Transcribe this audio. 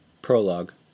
Prologue